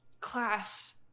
class